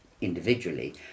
individually